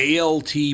ALT